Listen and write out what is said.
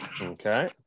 Okay